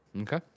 Okay